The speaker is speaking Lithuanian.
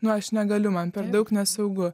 nu aš negaliu man per daug nesaugu